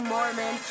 Mormon